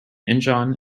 incheon